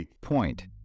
point